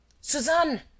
Suzanne